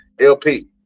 LP